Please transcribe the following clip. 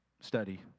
study